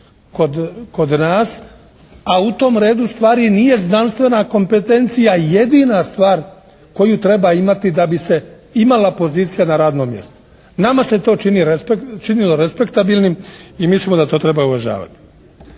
kod nas, a u tom redu stvari nije znanstvena kompetencija jedina stvar koju treba imati da bi se imala pozicija na radnom mjestu. Nama se to činilo respektabilnim i mislimo da to treba uvažavati.